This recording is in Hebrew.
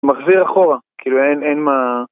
מחזיר אחורה כאילו אין, אין מה...